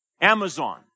Amazon